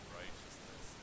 righteousness